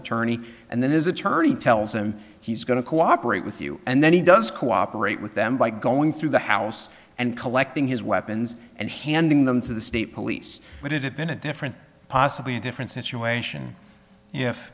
attorney and then his attorney tells him he's going to cooperate with you and then he does cooperate with them by going through the house and collecting his weapons and handing them to the state police but it had been a different possibly a different situation if